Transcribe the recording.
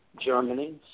Germany